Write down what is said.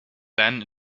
then